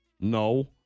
No